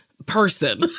person